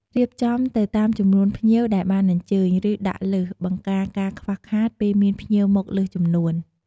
រៀបចំទៅតាមចំនួនភ្ញៀវដែលបានអញ្ជើញ ឬដាក់លើស បង្ការការខ្វះខាតពេលមានភ្ញៀរមកលើសចំនួន។